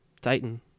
Titan